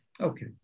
Okay